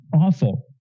awful